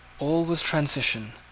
all was transition,